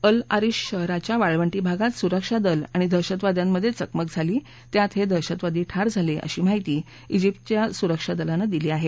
अल Arish शहराच्या वाळवंटी भागात सुरक्षा दल आणि दहशतवाद्यांमध्ये चकमक झाली त्यात हे दहशतवादी ठार झाले अशी माहिती जिप्नच्या सुरक्षा दलानं दिली आहे